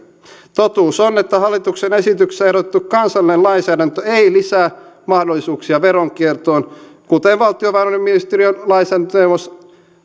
totuus on että hallituksen esityksessä ehdotettu kansallinen lainsäädäntö ei lisää mahdollisuuksia veronkiertoon kuten valtiovarainministeriön lainsäädäntöneuvos